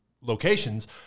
locations